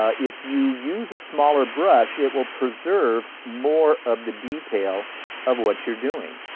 ah if you use a smaller brush, it will preserve more of the detail of what you're doing.